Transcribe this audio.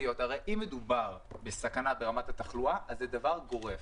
הרי אם מדובר בסכנה לגבי רמת התחלואה אז זה דבר גורף.